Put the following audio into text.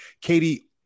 Katie